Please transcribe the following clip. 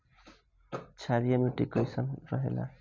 क्षारीय मिट्टी कईसन रहेला?